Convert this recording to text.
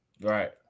Right